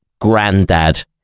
granddad